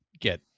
Get